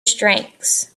strengths